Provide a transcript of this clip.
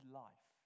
life